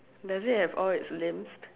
does it have all its limbs